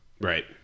Right